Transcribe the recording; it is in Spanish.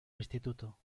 instituto